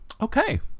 Okay